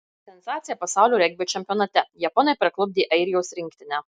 sensacija pasaulio regbio čempionate japonai parklupdė airijos rinktinę